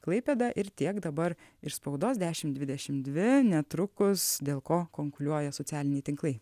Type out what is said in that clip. klaipėda ir tiek dabar iš spaudos dešimt dvidešimt dvi netrukus dėl ko kunkuliuoja socialiniai tinklai